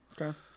Okay